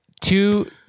two